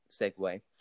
segue